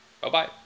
bye-bye